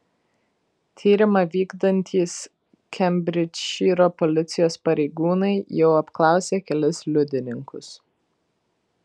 tyrimą vykdantys kembridžšyro policijos pareigūnai jau apklausė kelis liudininkus